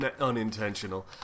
unintentional